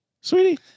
Sweetie